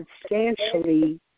substantially